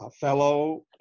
fellow